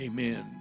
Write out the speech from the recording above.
Amen